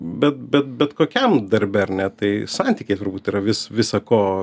bet bet bet kokiam darbe ar ne tai santykiai turbūt yra vis visa ko